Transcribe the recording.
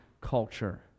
culture